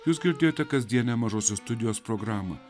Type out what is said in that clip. jūs girdėjote kasdienę mažosios studijos programą